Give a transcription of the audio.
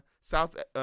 South